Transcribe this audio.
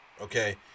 Okay